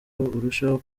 urusheho